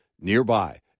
nearby